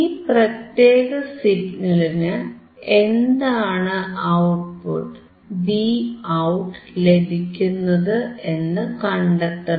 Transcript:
ഈ പ്രത്യേക സിഗ്നലിന് എന്താണ് ഔട്ട്പുട്ട് Vout ലഭിക്കുന്നത് എന്നു കണ്ടെത്തണം